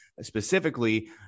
specifically